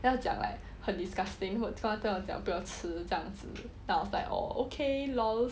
then 他讲 like 很 disgusting 讲不要吃这样子 then I was like oh okay lols